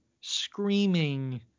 screaming